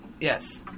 Yes